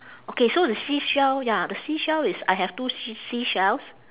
okay so the seashell ya the seashell is I have two s~ seashells